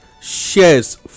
shares